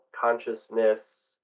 consciousness